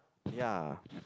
ya